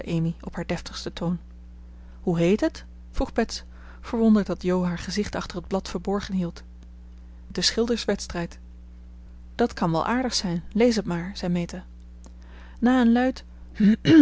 op haar deftigsten toon hoe heet het vroeg bets verwonderd dat jo haar gezicht achter het blad verborgen hield de schilders wedstrijd dat kan wel aardig zijn lees het maar zei meta na een luid